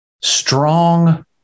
strong